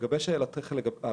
לגבי שאלתך על